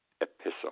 epistle